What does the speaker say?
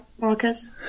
marcus